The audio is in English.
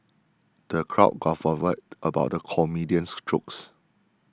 the crowd guffawed about the comedian's jokes